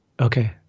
Okay